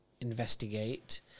Investigate